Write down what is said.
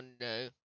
no